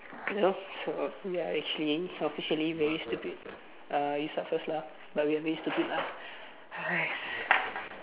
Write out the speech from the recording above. hello we're actually actually very stupid uh you start first lah but we are very stupid lah !hais!